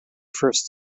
first